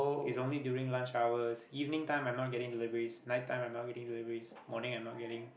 is only during lunch hours evening time I'm not getting deliveries night time I'm not getting deliveries morning I'm not getting